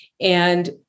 and-